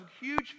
huge